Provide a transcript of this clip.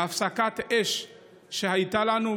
בהפסקת האש שהייתה לנו,